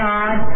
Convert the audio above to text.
God